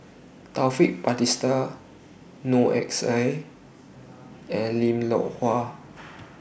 Taufik Batisah Noor X I and Lim Loh Huat